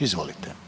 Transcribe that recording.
Izvolite.